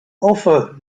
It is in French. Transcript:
enfin